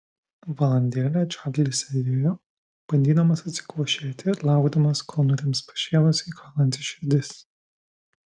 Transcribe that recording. valandėlę čarlis sėdėjo bandydamas atsikvošėti ir laukdamas kol nurims pašėlusiai kalanti širdis